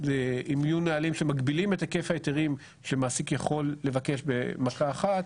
אם יהיו נהלים שמגבילים את היקף ההיתרים שמעסיק יכול לבקש במכה אחת,